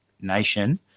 nation